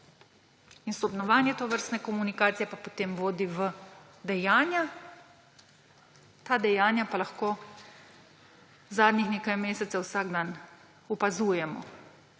In stopnjevanje tovrstne komunikacije pa potem vodi v dejanja. Ta dejanja pa lahko zadnjih nekaj mesecev vsak dan opazujemo.